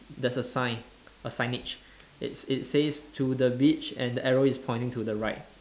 there's a sign a signage it's it says to the beach and the arrow is pointing to the right